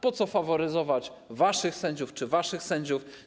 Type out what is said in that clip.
Po co faworyzować waszych sędziów czy też waszych sędziów?